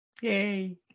Yay